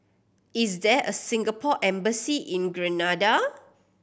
is there a Singapore Embassy in Grenada